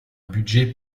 budget